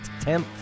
10th